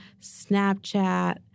Snapchat